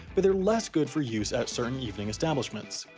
but they're less good for use at certain evening establishments.